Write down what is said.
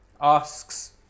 asks